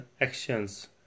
actions